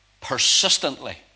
Persistently